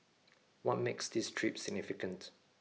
what makes this trip significant